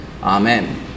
Amen